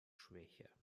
schwächer